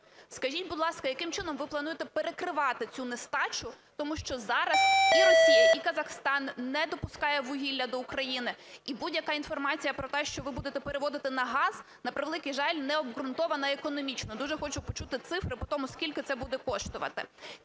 Скажіть, будь ласка, яким чином ви плануєте перекривати цю нестачу? Тому що зараз і Росія, і Казахстан не допускають вугілля до України. І будь-яка інформація про те, що ви будете переводити на газ, на превеликий жаль, необґрунтована економічно. Дуже хочу почути цифри по тому, скільки це буде коштувати.